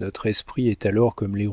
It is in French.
notre esprit est alors comme les